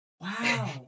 Wow